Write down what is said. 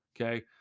Okay